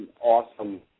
awesome